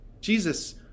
Jesus